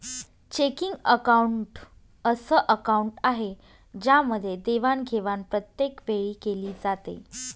checking account अस account आहे ज्यामध्ये देवाणघेवाण प्रत्येक वेळी केली जाते